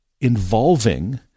involving